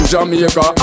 Jamaica